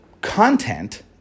content